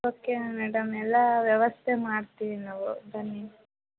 okay madam ಎಲ್ಲ ವ್ಯವಸ್ಥೆ ಮಾಡ್ತೀವಿ ನಾವು ಬನ್ನಿ